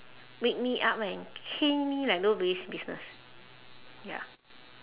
wake me up and cane me like nobody's business ya